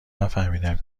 نفهمیدم